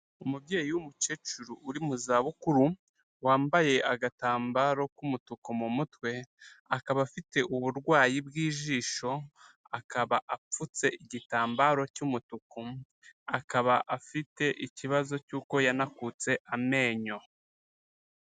Umubyeyi w'umukecuru uri mu zabukuru wambaye agatambaro k'umutuku mu mutwe, akaba afite uburwayi bw'ijisho, akaba apfutse igitambaro cy'umutuku, akaba afite ikibazo cy'uko yanakutse amenyo.